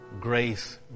grace